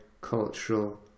cultural